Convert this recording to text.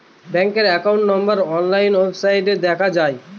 ব্যাঙ্কের account number online ওয়েবসাইটে দেখা যায়